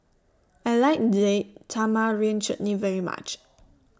I like Date Tamarind Chutney very much